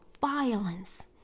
violence